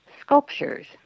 sculptures